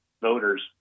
voters